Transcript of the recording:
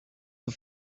the